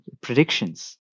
predictions